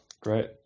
great